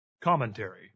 Commentary